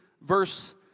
verse